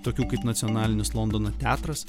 tokių kaip nacionalinis londono teatras